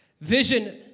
Vision